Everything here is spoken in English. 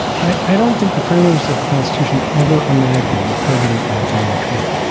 i i don't think the framers of the constitution ever imagined a president like donald trump.